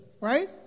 right